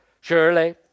Surely